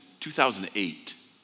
2008